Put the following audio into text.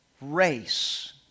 race